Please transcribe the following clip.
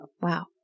Wow